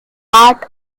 part